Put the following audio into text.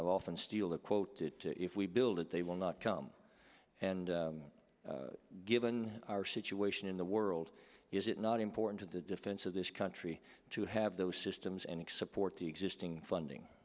i've often steal the quote if we build it they will not come and given our situation in the world is it not important to the defense of this country to have those systems any support the existing funding